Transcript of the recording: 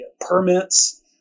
permits